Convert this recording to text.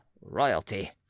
royalty